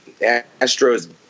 Astros